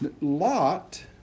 Lot